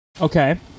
Okay